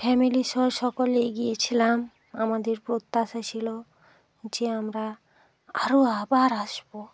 family সহ সকলেই গিয়েছিলাম আমাদের প্রত্যাশা ছিলো যে আমরা আরও আবার আসবো